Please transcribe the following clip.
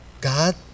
God